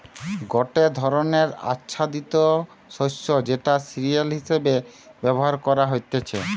গটে ধরণের আচ্ছাদিত শস্য যেটা সিরিয়াল হিসেবে ব্যবহার করা হতিছে